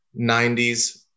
90s